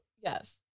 yes